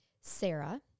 Sarah